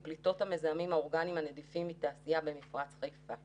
גם אם השתנה מעט מאוד, עדיין אנחנו במפרץ חיפה